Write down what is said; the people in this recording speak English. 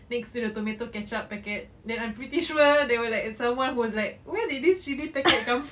next to the tomato ketchup packet then I'm pretty sure they were like someone was like where did this chili packet come from